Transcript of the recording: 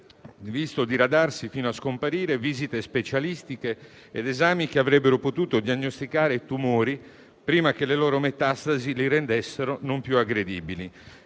visto diradarsi, fino a scomparire, visite specialistiche ed esami che avrebbero potuto diagnosticare tumori prima che le loro metastasi li rendessero non più aggredibili.